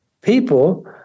People